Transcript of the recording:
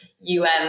UN